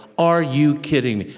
are you kidding?